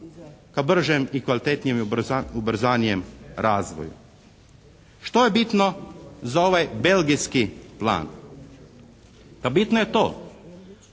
ka bržem i kvalitetnijem i ubrzanijem razvoju. Što je bitno za ovaj belgijski plan? Pa bitno je to